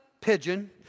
pigeon